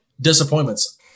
disappointments